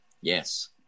Yes